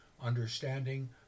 understanding